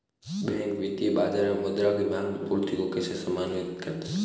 Bank वित्तीय बाजार में मुद्रा की माँग एवं पूर्ति को कैसे समन्वित करता है?